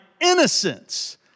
innocence